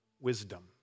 wisdom